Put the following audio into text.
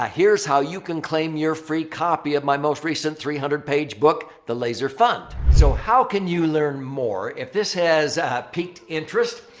ah here's how you can claim your free copy of my most recent three hundred page book the laser fund. so, how can you learn more? if this has piqued interest,